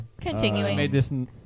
Continuing